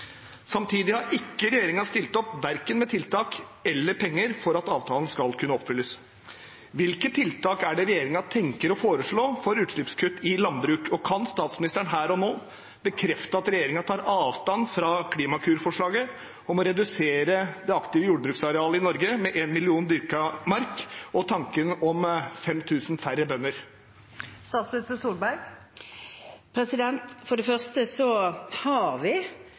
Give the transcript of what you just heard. Samtidig har ikke regjeringen stilt opp verken med tiltak eller penger for at avtalen skal kunne oppfylles. Hvilke tiltak er det regjeringen tenker å foreslå for utslippskutt i landbruket? Kan statsministeren her og nå bekrefte at regjeringen tar avstand fra Klimakur-forslaget om å redusere det aktive jordbruksarealet i Norge med 1 million dekar dyrket mark og tanken om 5 000 færre bønder? For det første har vi